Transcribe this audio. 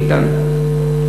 מיקי איתן.